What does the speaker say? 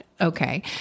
okay